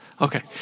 Okay